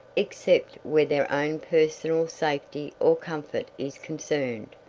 except where their own personal safety or comfort is concerned.